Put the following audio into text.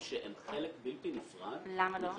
שירותים נוספים שהם חלק בלתי נפרד מחשבון --- למה לא?